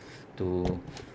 to